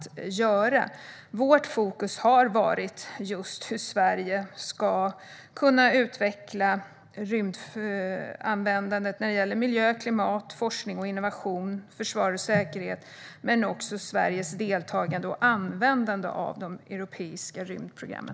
Vårt fokus har legat på hur Sverige ska kunna utveckla rymdanvändandet när det gäller miljö, klimat, forskning, innovation, försvar och säkerhet men också på Sveriges deltagande i och användande av de europeiska rymdprogrammen.